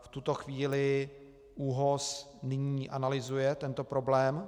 V tuto chvíli ÚOHS nyní analyzuje tento problém.